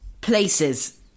Places